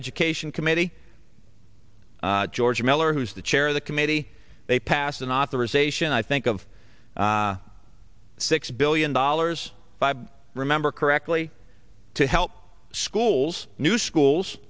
education committee george miller who's the chair of the committee they passed an authorization i think of six billion dollars five remember correctly to help schools new schools